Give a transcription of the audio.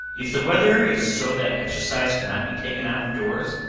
if the weather is so that exercise cannot be taken out of doors,